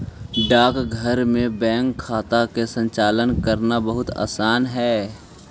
डाकघर में बैंक खाता के संचालन करना बहुत आसान हइ